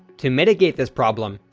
to mitigate this problem,